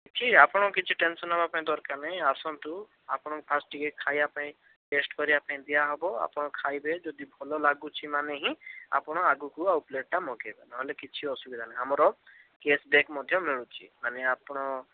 ଅଛି ଆପଣଙ୍କୁ କିଛି ଟେନସନ୍ ହେବା ପାଇଁ ଦରକାର ନାହିଁ ଆସନ୍ତୁ ଆପଣଙ୍କୁ ଫାଷ୍ଟ ଟିକିଏ ଖାଇବା ପାଇଁ ଟେଷ୍ଟ କରିବା ପାଇଁ ଦିଆହେବ ଆପଣ ଖାଇବେ ଯଦି ଭଲ ଲାଗୁଛି ମାନେ ହିଁ ଆପଣ ଆଗକୁ ଆଉ ପ୍ଲେଟ୍ଟା ମଗାଇବେ ନହେଲେ କିଛି ଅସୁବିଧା ନାହିଁ ଆମର କ୍ୟାସବ୍ୟାକ୍ ମଧ୍ୟ ମିଳୁଛି ମାନେ ଆପଣ